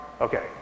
Okay